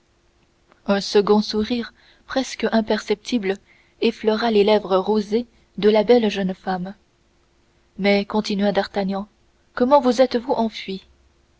un second sourire presque imperceptible effleura les lèvres rosées de la belle jeune femme mais continua d'artagnan comment vous êtes-vous enfuie